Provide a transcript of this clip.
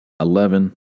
eleven